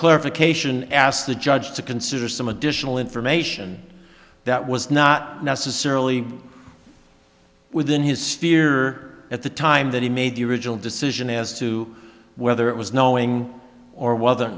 clarification asked the judge to consider some additional information that was not necessarily within his steer at the time that he made the original decision as to whether it was knowing or whether